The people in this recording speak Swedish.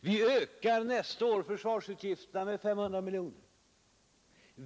Vi ökar nästa år försvarsutgifterna med 500 miljoner.